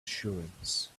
assurance